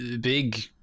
big